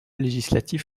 législatif